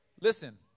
listen